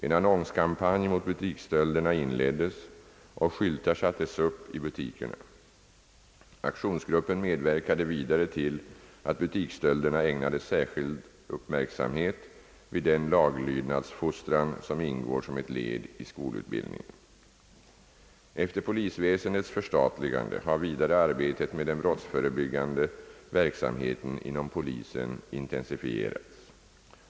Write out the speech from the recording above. En annonskampanj mot butiksstölderna inleddes och skyltar sattes upp i butikerna. Aktionsgruppen medverkade vidare till att butiksstölderna ägnades särskild uppmärksamhet vid den laglydnadsfostran som ingår som ett led i skolutbildningen. Efter polisväsendets förstatligande har vidare arbetet med den brottsförebyggande verksamheten inom polisen intensifierats.